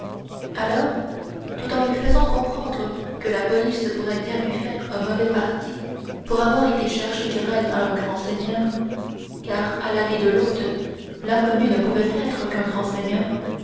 alors tout en lui faisant comprendre que la police pourrait bien lui faire un mauvais parti pour avoir été chercher querelle à un grand seigneur car à l'avis de l'hôte l'inconnu ne pouvait être qu'un grand seigneur